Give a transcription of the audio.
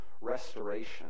restoration